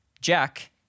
Jack